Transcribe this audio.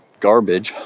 garbage